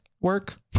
work